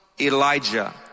Elijah